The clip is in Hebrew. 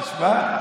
תשמע.